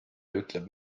ütleb